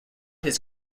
his